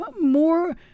more